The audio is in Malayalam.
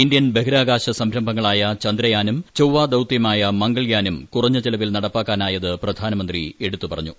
ഇന്ത്യൻ ബഹിരാകാശ സംരംഭുങ്ങളായ ചാന്ദ്രയാനും ചൊവ്വ ദൌത്യമായ മംഗൾയാനും കുറഞ്ഞു ബ്ലവിൽ നടപ്പാക്കാനായത് പ്രധാനമന്ത്രി എടുത്തുപറഞ്ഞു